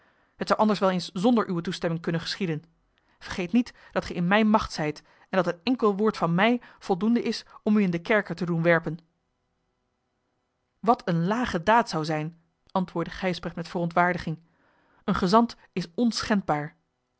het zou anders wel eens zonder uwe toestemming kunnen geschieden vergeet niet dat ge in mijne macht zijt en dat een enkel woord van mij voldoende is om u in den kerker te doen werpen wat eene lage daad zou zijn antwoordde gijsbrecht met verontwaardiging een gezant is